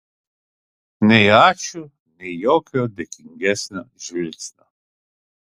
nei ačiū nei jokio dėkingesnio žvilgsnio